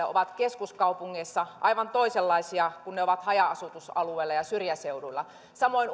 ovat keskuskaupungeissa aivan toisenlaisia kuin ne ovat haja asutusalueilla ja syrjäseuduilla samoin